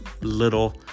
little